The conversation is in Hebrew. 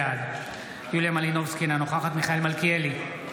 בעד יוליה מלינובסקי, אינה נוכחת מיכאל מלכיאלי,